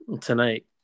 tonight